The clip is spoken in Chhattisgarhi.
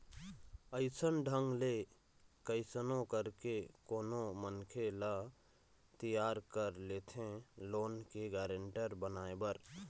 अइसन ढंग ले कइसनो करके कोनो मनखे ल तियार कर लेथे लोन के गारेंटर बनाए बर